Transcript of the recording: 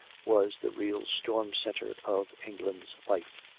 was the real storm-centre of england's life.